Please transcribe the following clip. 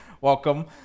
welcome